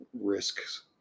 risks